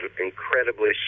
incredibly